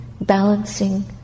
balancing